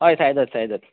हय साईदत्त साईदत्त